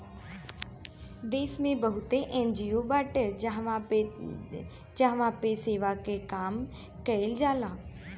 देस में बहुते एन.जी.ओ बाटे जहवा पे सेवा के काम कईल जाला